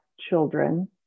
children